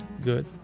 good